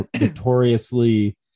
notoriously